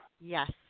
yes